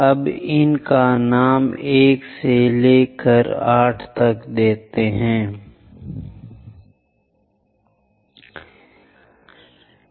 अब इनका नाम 1 2 तीसरा बिंदु 4 5 6 7 और 8 वां बिंदु रखें 8 विभाग किए जाते हैं